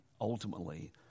ultimately